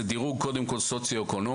זה דירוג קודם כול סוציו-אקונומי.